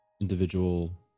individual